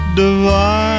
divine